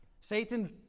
Satan